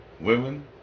Women